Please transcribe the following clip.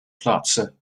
plaza